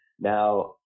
Now